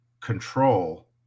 control